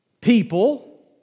people